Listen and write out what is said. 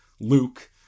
Luke